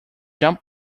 jump